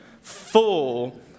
full